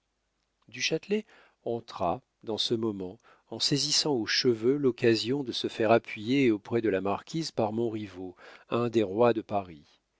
du châtelet entra dans ce moment en saisissant aux cheveux l'occasion de se faire appuyer auprès de la marquise par montriveau un des rois de paris